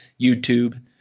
YouTube